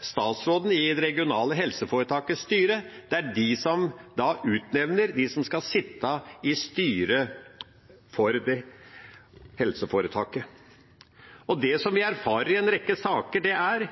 statsråden i det regionale helseforetakets styre, er de som utnevner dem som skal sitte i styret for det helseforetaket. Det vi erfarer i en rekke saker, er